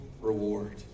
reward